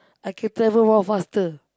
I can travel more faster